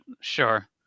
sure